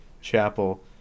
chapel